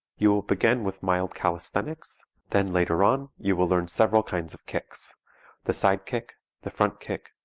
you will begin with mild calisthenics then, later on, you will learn several kinds of kicks the side kick, the front kick,